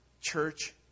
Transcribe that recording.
church